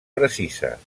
precises